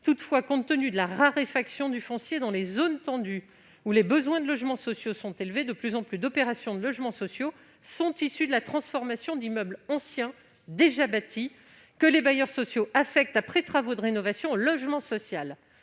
Toutefois, compte tenu de la raréfaction du foncier dans les zones en tension, où les besoins de logements sociaux sont élevés, de plus en plus d'opérations de logements sociaux sont issues de la transformation d'immeubles anciens déjà bâtis, que les bailleurs sociaux affectent, après travaux de rénovation, au logement social.